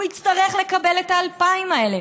הוא יצטרך לקבל את ה-2,000 האלה.